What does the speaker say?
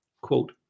Quote